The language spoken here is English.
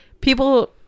people